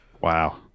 Wow